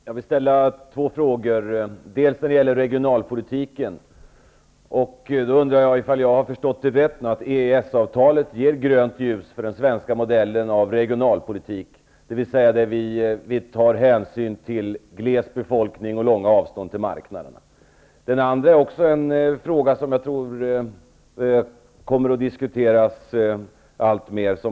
Fru talman! Jag vill ställa två frågor. Den första gäller regionalpolitiken. Har jag förstått rätt, ger EES-avtalet grönt ljus för den svenska modellen för regionalpolitik? I den modellen tar man hänsyn till områden med gles befolkning och långa avstånd till marknaderna. Min andra fråga gäller något som jag tror kommer att diskuteras alltmer.